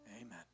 amen